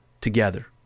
together